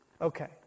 Okay